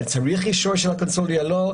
אני צריך אישור של הקונסוליה או לא,